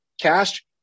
cash